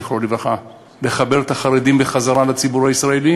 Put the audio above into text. זיכרונו לברכה: לחבר את החרדים בחזרה לציבור הישראלי